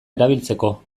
erabiltzeko